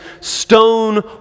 stone